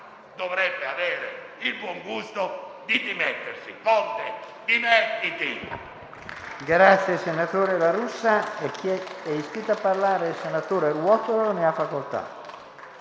dovrebbe avere il buon gusto di dimettersi. Conte, dimettiti!